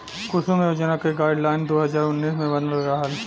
कुसुम योजना क गाइडलाइन दू हज़ार उन्नीस मे बनल रहल